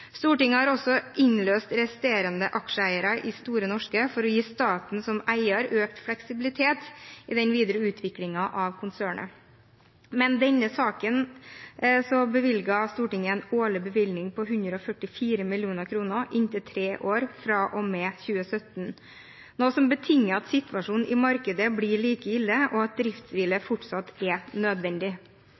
Stortinget har også innløst resterende aksjeeiere i Store Norske for å gi staten som eier økt fleksibilitet i den videre utviklingen av konsernet. Med dette vedtaket bevilger Stortinget årlig 144 mill. kr i inntil tre år fra og med 2017, noe som er betinget av at situasjonen i markedet blir like ille, og at driftshvile fortsatt er nødvendig.